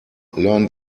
learn